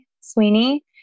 sweeney